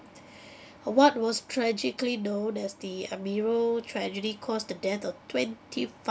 a what was tragically known as the armero tragedy caused the death of twenty